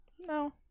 No